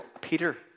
Peter